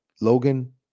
Logan